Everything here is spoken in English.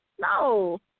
No